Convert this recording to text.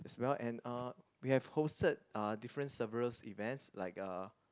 as well and uh we have hosted uh different severals events like uh